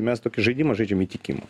mes tokį žaidimą žaidžiam įtikimo